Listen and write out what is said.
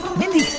mindy.